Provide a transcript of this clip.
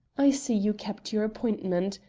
i see you kept your appointment.